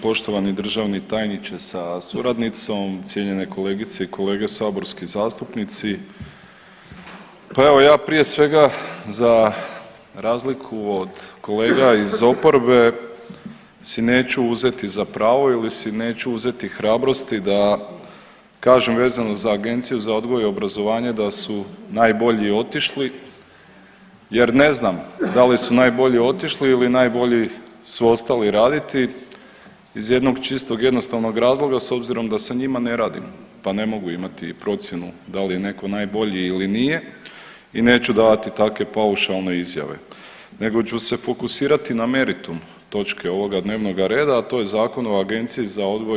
Poštovani državni tajniče sa suradnicom, cijenjene kolegice i kolege saborski zastupnici pa evo ja prije svega za razliku od kolega iz oporbe si neću uzeti za pravo ili si neću uzeti hrabrosti da kažem vezano za Agenciju za odgoj i obrazovanje da su najbolji otišli, jer ne znam da li su najbolji otišli ili najbolji su ostali raditi iz jednog čistog, jednostavnog razloga s obzirom da sa njima ne radim, pa ne mogu imati procjenu da li je netko najbolji ili nije i neću davati takve paušalne izjave nego ću se fokusirati na meritum točke ovoga dnevnoga reda a to je Zakon o agenciji za odgoj i